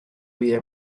vida